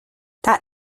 that